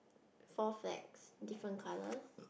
four flags different colours